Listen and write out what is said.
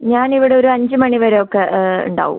ഞാൻ ഇവിടെ ഒരു അഞ്ച് മണി വരെ ഒക്കെ ഉണ്ടാകും